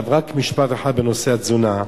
רק משפט אחד בנושא התזונה.